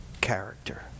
character